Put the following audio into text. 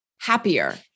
happier